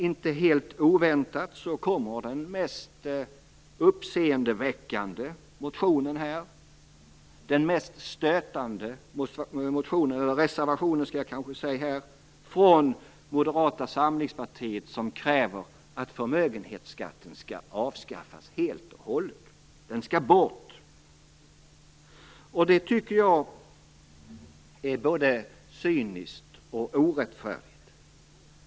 Inte helt oväntat kommer den mest uppseendeväckande och stötande reservationen från Moderata samlingspartiet, som kräver att förmögenhetsskatten skall avskaffas helt och hållet. Den skall bort. Det tycker jag är både cyniskt och orättfärdigt.